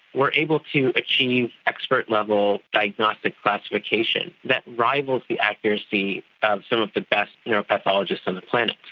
we are able to achieve expert level diagnostic classification that rivals the accuracy of some of the best neuropathologists on the planet.